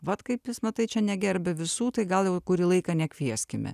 vat kaip jis nu tai čia negerbia visų tai gal jau kurį laiką nekvieskime